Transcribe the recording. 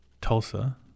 Tulsa